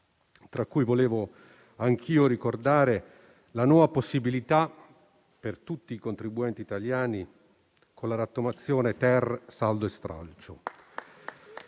tra cui vorrei anch'io ricordare le nuove possibilità per tutti i contribuenti italiani offerte dalla rottamazione-*ter*, saldo e stralcio.